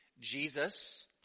Jesus